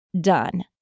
done